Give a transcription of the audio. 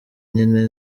nyine